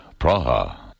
Praha